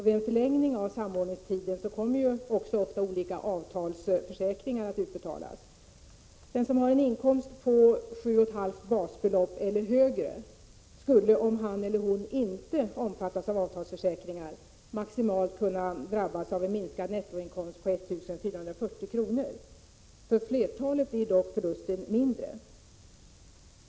Vid en förlängning av samordningstiden kommer också ofta pengar från olika avtalsförsäkringar att utbetalas. Den som har en inkomst på 7,5 basbelopp eller högre skulle om han eller hon inte omfattas av avtalsförsäkringar maximalt kunna drabbas av en minskad nettoinkomst på 1 440 kr. För flertalet blir dock förlusten mindre.